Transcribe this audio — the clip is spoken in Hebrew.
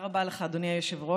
תודה רבה לך, אדוני היושב-ראש.